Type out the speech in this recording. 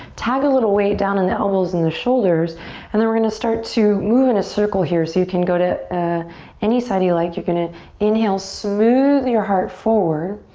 tag a little weighr down in the elbows and the shoulders and then we're gonna start to move in a circle here so you can go to ah any side you like. you're gonna inhale, smooth your heart forward.